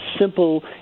simple